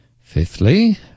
Fifthly